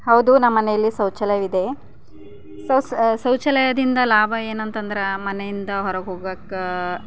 ಹೌದು ನಮ್ಮ ಮನೆಯಲ್ಲಿ ಶೌಚಾಲಯವಿದೆ ಸೌಸ್ ಶೌಚಾಲಯದಿಂದ ಲಾಭ ಏನತಂದ್ರೆ ಮನೆಯಿಂದ ಹೊರಗೆ ಹೋಗೋಕ್ಕೆ